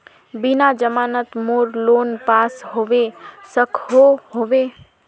बिना जमानत मोर लोन पास होबे सकोहो होबे?